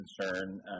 concern